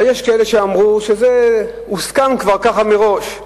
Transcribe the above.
יש כאלה שאמרו שזה הוסכם כך מראש,